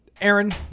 Aaron